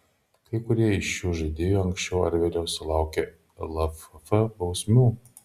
kai kurie iš šių žaidėjų anksčiau ar vėliau sulaukė lff bausmių